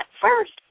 first